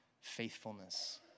faithfulness